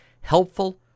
helpful